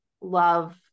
love